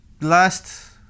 last